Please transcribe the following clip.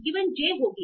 j होगी